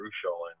crucial